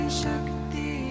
Shakti